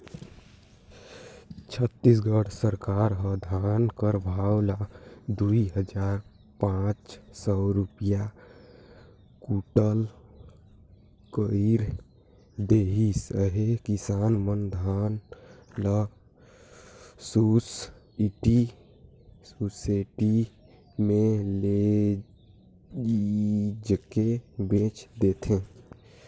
छत्तीसगढ़ सरकार ह धान कर भाव ल दुई हजार पाच सव रूपिया कुटल कइर देहिस अहे किसान मन धान ल सुसइटी मे लेइजके बेच देथे